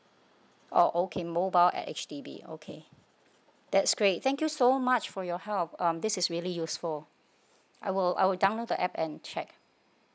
oh okay mobile at H_D_B that's great thank you so much for your help um this is really useful I will I will download the app and check